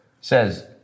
says